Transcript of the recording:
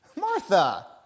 Martha